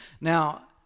Now